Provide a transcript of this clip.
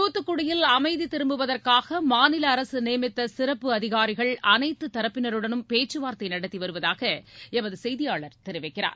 தூத்துக்குடியில் அமைதி திரும்புவதற்காக மாநில அரசு நியமித்த சிறப்பு அதிகாரிகள் அனைத்து தரப்பினருடனும் பேச்சுவார்த்தை நடத்தி வருவதாக எமது செய்தியாளர் தெரிவிக்கிறார்